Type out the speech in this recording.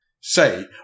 Say